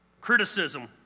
Criticism